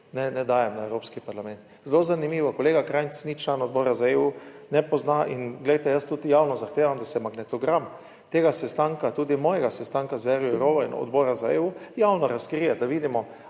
ne dajem na Evropski parlament, zelo zanimivo, kolega Krajnc, ni član Odbora za EU. Ne pozna. In glejte, jaz tudi javno zahtevam, da se magnetogram tega sestanka, tudi mojega sestanka z Vero Lourovo in odbora za EU, javno razkrije, da vidimo,